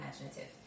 imaginative